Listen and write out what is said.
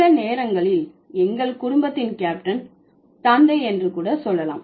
சில நேரங்களில் எங்கள் குடும்பத்தின் கேப்டன் தந்தை என்று கூட சொல்லலாம்